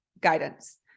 guidance